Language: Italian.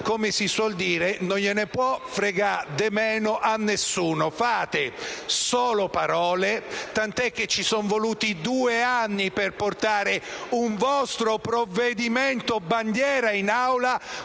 come si suol dire: "non gliene può frega' de meno a nessuno". Solo parole, tanto che ci sono voluti due anni per portare un vostro provvedimento bandiera in Aula,